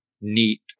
neat